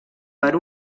per